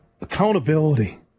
Accountability